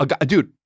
Dude